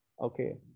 okay